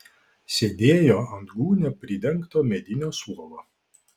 sėdėjo ant gūnia pridengto medinio suolo